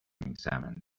examined